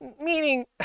meaning